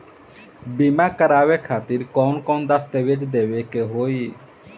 बीमा करवाए खातिर कौन कौन दस्तावेज़ देवे के होई?